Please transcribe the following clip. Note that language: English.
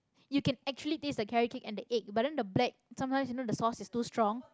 you can actually taste the carrot-cake and the egg but then the black sometimes you know the sauce is too strong